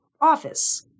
office